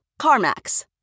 CarMax